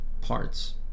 parts